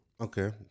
Okay